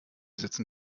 sitzen